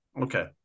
Okay